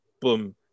boom